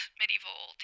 medieval